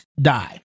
die